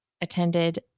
attended